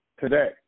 today